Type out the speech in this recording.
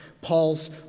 Paul's